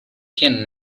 can